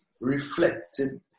reflected